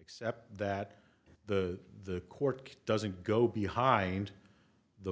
except that the court doesn't go behind the